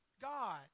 God